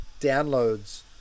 downloads